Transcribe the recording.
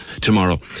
tomorrow